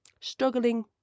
struggling